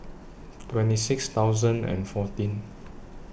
twenty six thousand and fourteen